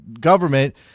government